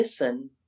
listen